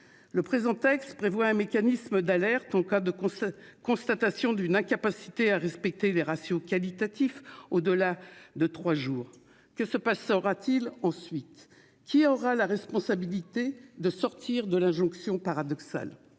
Le présent texte prévoit un mécanisme d'alerte en cas de constatation d'une incapacité à respecter les ratios qualitatifs au-delà d'une durée de trois jours. Que se passera-t-il ensuite ? Qui aura la responsabilité de sortir de l'injonction paradoxale ?